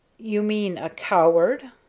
you mean a coward?